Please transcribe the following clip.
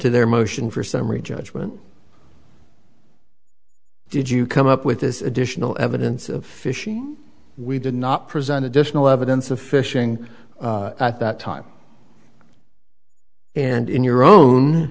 to their motion for summary judgment did you come up with this additional evidence of fishing we did not present additional evidence of fishing at that time and in your own